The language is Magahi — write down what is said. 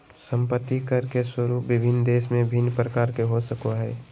संपत्ति कर के स्वरूप विभिन्न देश में भिन्न प्रकार के हो सको हइ